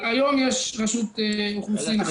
היום יש רשות אוכלוסין אחת,